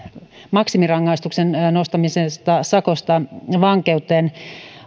maksimirangaistuksen nostaminen sakosta vankeuteen